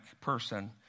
person